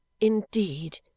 Indeed